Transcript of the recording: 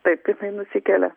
taip jinai nusikelia